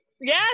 yes